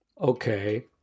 Okay